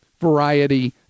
variety